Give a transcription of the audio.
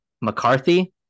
McCarthy